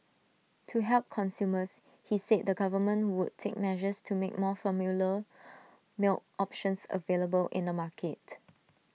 to help consumers he said the government would take measures to make more formula milk options available in the market